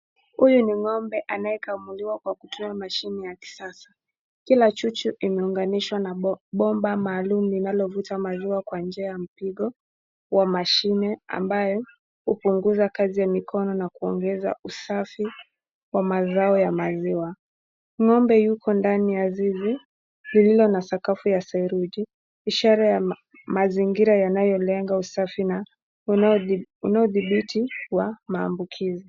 Huyu ni ng'ombe anayekamuliwa kwa kutumia mashine ya kisasa. Kila chuchu imeunganishwa na bomba maalum linalovuta maziwa kwa nia ya mpigo wa mashine ambayo hupunguza kazi ya mikono na kuongeza usafi wa mazao ya maziwa. Ng'ombe yuko ndani ya zizi lililo na sakafu ya saruji ishara ya mazingira yanayolenga usafi na unaothibiti wa maambukizi.